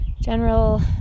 General